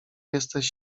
jesteś